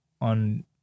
on